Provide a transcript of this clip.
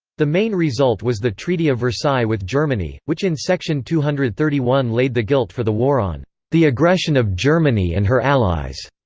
the main result was the treaty of versailles with germany, which in section two hundred and thirty one laid the guilt for the war on the aggression of germany and her allies.